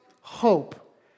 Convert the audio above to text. hope